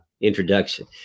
introduction